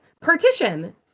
partition